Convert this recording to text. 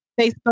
Facebook